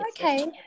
okay